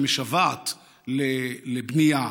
שמשוועת לבנייה,